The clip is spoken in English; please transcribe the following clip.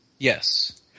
Yes